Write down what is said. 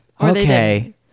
Okay